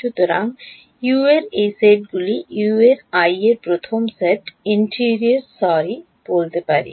সুতরাং U এর এই সেটগুলি U এর প্রথম সেট আমি এভাবে ইন্টিরির সরি বলতে পারি